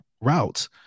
routes